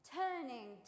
turning